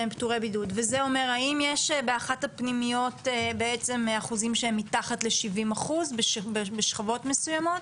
האם יש באחת הפנימיות אחוזים שהם מתחת ל-70% בשכבות מסוימות?